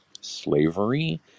slavery